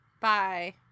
bye